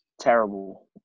terrible